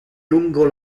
lungo